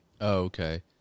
Okay